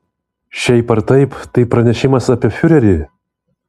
šiaip ar taip tai pranešimas apie fiurerį